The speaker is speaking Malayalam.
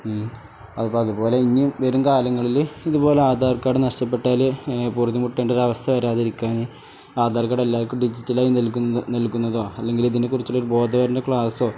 അത് അതു പോലെ ഇനിയും വരും കാലങ്ങളിൽ ഇതുപോലെ ആധാർ കാർഡ് നഷ്ടപ്പെട്ടാൽ പൊറുതിമുട്ടേണ്ട ഒരവസ്ഥ വരാതിരിക്കാൻ ആധാർ കാർഡ് എല്ലാവർക്കും ഡിജിറ്റലായി നൽക്കുന്ന നൽക്കുന്നതോ അല്ലെങ്കിൽ ഇതിനെ കുറിച്ചുള്ളൊരു ബോധവത്കരണ ക്ലാസ്സോ